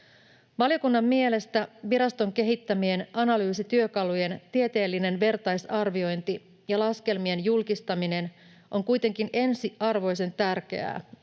Valiokunnan mielestä viraston kehittämien analyysityökalujen tieteellinen vertaisarviointi ja laskelmien julkistaminen ovat kuitenkin ensiarvoisen tärkeitä